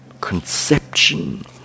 conception